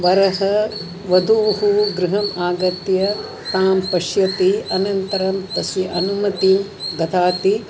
वरः वधोः गृहम् आगत्य तां पश्यति अनन्तरं तस्य अनुमतिः ददाति